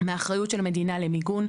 מהאחריות של המדינה למיגון.